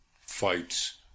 fights